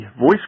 voice